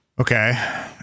Okay